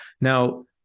Now